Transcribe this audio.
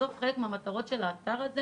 בסוף חלק מהמטרות של האתר זה